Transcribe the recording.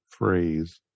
phrase